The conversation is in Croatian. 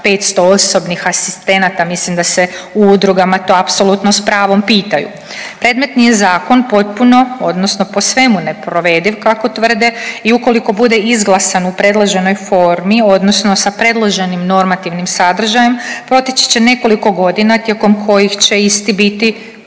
11.500 osobnih asistenata, mislim da se u udruga to apsolutno s pravom pitanju. Predmetni je zakon potpuno odnosno po svemu neprovediv kako tvrde i ukoliko bude izglasan u predloženoj formi odnosno sa predloženim normativnim sadržajem, proteći će nekoliko godina tijekom kojih će isti biti